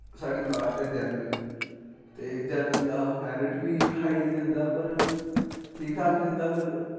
साढ़ी कास्ट ऐ जनरल ते जनरल दा मैरिट बी हाई जंदा पर ठीक ठाक जंदा पर